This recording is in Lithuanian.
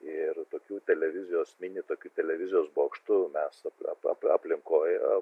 ir tokių televizijos mini tokių televizijos bokštų mes ap ap aplinkoje